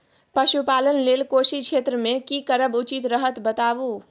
पशुपालन लेल कोशी क्षेत्र मे की करब उचित रहत बताबू?